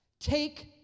Take